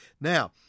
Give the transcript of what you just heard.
Now